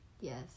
Yes